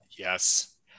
Yes